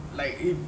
like if